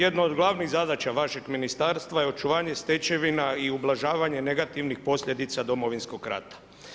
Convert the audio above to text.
Jedno od, jedan od glavnih zadaća vašeg ministarstva je očuvanje stečevina i ublažavanje negativnih posljedica Domovinskog rata.